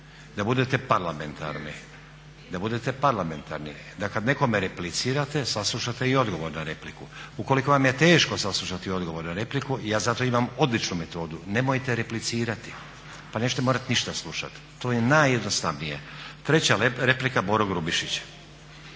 da budete parlamentarni, da kad nekome replicirate saslušate i odgovor na repliku. Ukoliko vam je teško saslušati odgovor na repliku ja za to imam odličnu metodu – nemojte replicirati pa nećete morati ništa slušati. To je najjednostavnije. Treća replika, Boro Grubišić.